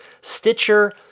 Stitcher